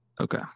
Okay